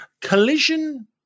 Collision